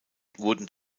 wurden